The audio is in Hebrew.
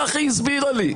כך היא הסבירה לי.